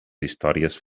històries